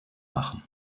machen